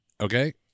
Okay